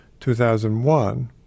2001